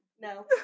No